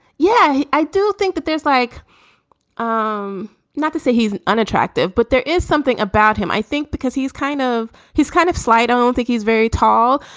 yeah i do think that there's like um not to say he's unattractive, but there is something about him i think because he's kind of he's kind of sly. don't think he's very tall.